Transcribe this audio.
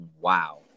wow